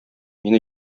мине